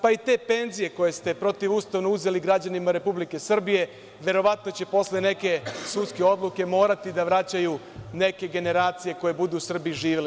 Pa, i te penzije, koje ste protivustavno uzeli građanima Republike Srbije, verovatno će posle neke sudske odluke morati da vraćaju neke generacije koje budu u Srbiji živele.